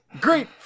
Great